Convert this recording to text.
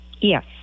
Yes